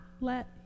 let